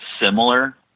similar